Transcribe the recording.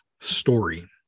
story